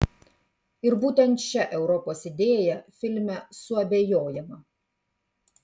ir būtent šia europos idėja filme suabejojama